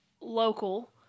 local